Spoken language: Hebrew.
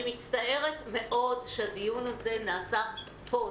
אני מצטערת מאוד שהדיון הזה נעשה פה.